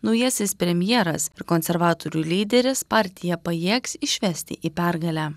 naujasis premjeras ir konservatorių lyderis partiją pajėgs išvesti į pergalę